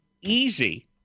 easy